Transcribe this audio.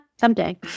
someday